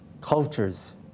cultures